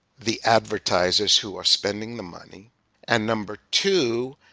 the advertisers who are spending the money and number two,